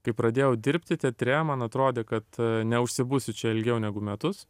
kai pradėjau dirbti teatre man atrodė kad neužsibūsiu čia ilgiau negu metus